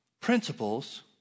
Principles